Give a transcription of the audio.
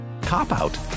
cop-out